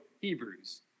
Hebrews